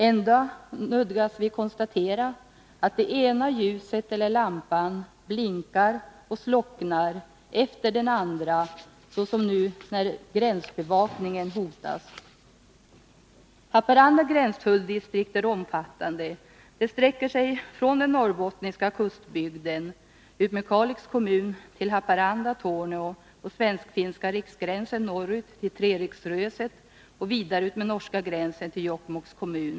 Ändå nödgas vi konstatera att det ena ljuset efter det andra blinkar och slocknar, så som nu när gränsbevakningen hotas. Haparanda gränstulldistrikt är omfattande. Det sträcker sig från den norrbottniska kustbygden utmed Kalix kommun till Haparanda-Torneå, utmed svensk-finska riksgränsen norrut till Treriksröset och vidare utmed norska gränsen till Jokkmokks kommun.